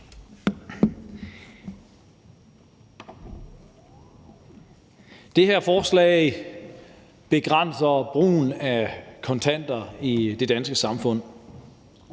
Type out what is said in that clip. Det her forslag begrænser brugen af kontanter i det danske samfund,